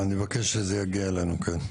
אני מבקש שזה יגיע אלינו, כן.